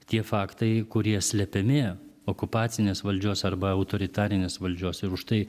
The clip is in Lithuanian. tie faktai kurie slepiami okupacinės valdžios arba autoritarinės valdžios ir už tai